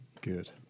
Good